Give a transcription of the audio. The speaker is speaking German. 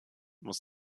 muss